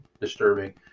disturbing